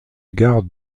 gare